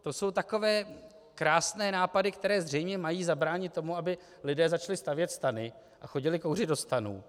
To jsou takové krásné nápady, které zřejmě mají zabránit tomu, aby lidé začali stavět stany a chodili kouřit do stanů.